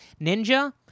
Ninja